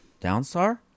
downstar